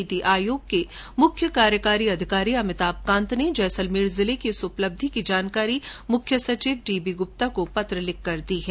नीति आयोग के मुख्य कार्यकारी अधिकारी अमिताभ कांत ने जैसलमेर जिले की इस उपलब्धि की जानकारी मुख्य सचिव डीबी गुप्ता को पत्र लिखकर दी है